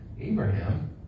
Abraham